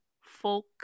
folk